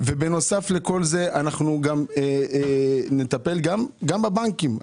ובנוסף לזה נטפל גם בבנקים.